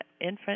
infant